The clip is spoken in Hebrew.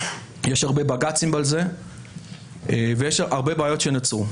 יש הרבה בג"צים על זה ויש הרבה בעיות שנוצרו.